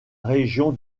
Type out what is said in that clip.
région